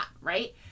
right